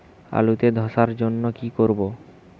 আলুতে ধসার জন্য কি করব?